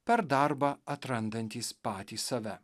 per darbą atrandantys patys save